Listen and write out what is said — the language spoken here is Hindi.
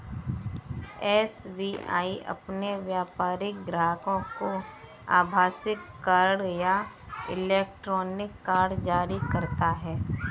एस.बी.आई अपने व्यापारिक ग्राहकों को आभासीय कार्ड या इलेक्ट्रॉनिक कार्ड जारी करता है